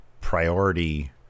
priority